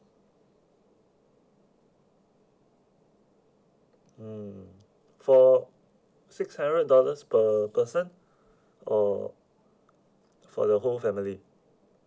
mm for six hundred dollars per person or for the whole family